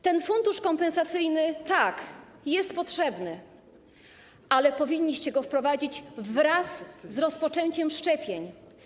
Ten fundusz kompensacyjny jest potrzebny, ale powinniście go wprowadzić wraz z rozpoczęciem szczepień.